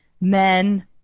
men